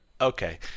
okay